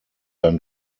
dann